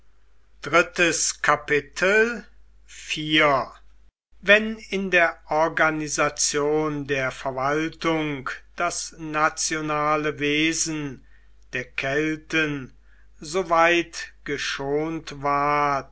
wenn in der organisation der verwaltung das nationale wesen der kelten so weit geschont ward